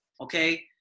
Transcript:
okay